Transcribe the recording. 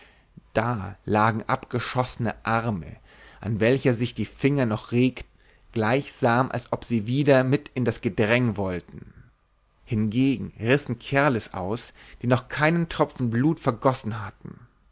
da lagen abgeschossene arme an welchen sich die finger noch regten gleichsam als ob sie wieder mit in das gedräng wollten hingegen rissen kerles aus die noch keinen tropfen bluts vergossen hatten